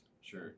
Sure